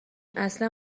اصلا